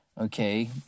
okay